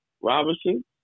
Robinson